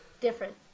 Different